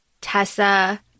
Tessa